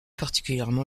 particulièrement